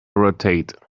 rotate